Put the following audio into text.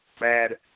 mad